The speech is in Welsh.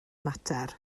mater